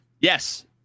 yes